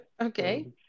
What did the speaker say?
Okay